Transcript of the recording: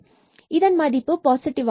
f இதன் மதிப்பு positive